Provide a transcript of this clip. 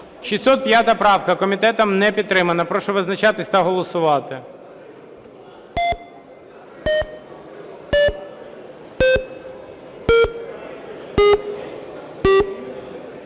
605 правка. Комітетом не підтримана. Прошу визначатись та голосувати.